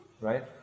right